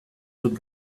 dut